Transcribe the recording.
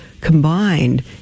combined